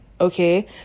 okay